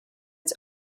its